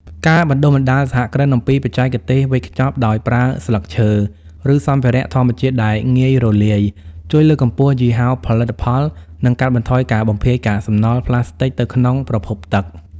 ការបណ្តុះបណ្តាលសហគ្រិនអំពីបច្ចេកទេសវេចខ្ចប់ដោយប្រើស្លឹកឈើ ឬសម្ភារៈធម្មជាតិដែលងាយរលាយ ជួយលើកកម្ពស់យីហោផលិតផល និងកាត់បន្ថយការបំភាយកាកសំណល់ផ្លាស្ទិកទៅក្នុងប្រភពទឹក។